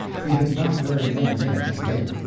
he had not very many minutes to wait.